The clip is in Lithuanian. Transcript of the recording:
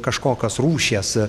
kažkokios rūšies